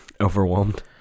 overwhelmed